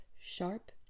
sharp